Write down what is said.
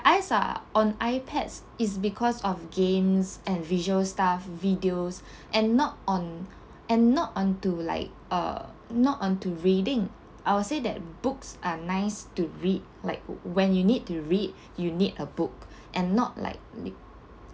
eyes are on iPads is because of games and visual stuff videos and not on and not on to like uh not on to reading I would say that books are nice to read like wh~ when you need to read you need a book and not like